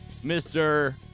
Mr